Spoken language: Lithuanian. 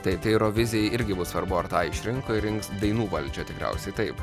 taip tai eurovizijai irgi bus svarbu ar tą išrinko ir rinks dainų valdžia tikriausiai taip